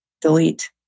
Delete